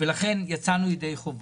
יצאנו ידי חובה.